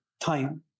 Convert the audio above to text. time